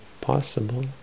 possible